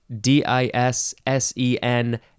D-I-S-S-E-N